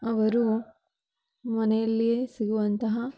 ಅವರು ಮನೆಯಲ್ಲಿಯೇ ಸಿಗುವಂತಹ